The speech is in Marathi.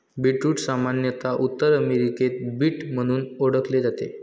बीटरूट सामान्यत उत्तर अमेरिकेत बीट म्हणून ओळखले जाते